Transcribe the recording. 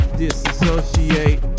disassociate